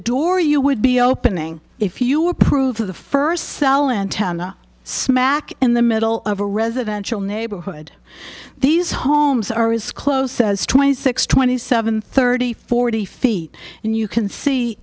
door you would be opening if you approve of the first cell antenna smack in the middle of a residential neighborhood these homes are as close as twenty six twenty seven thirty forty feet and you can see